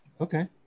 Okay